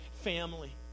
family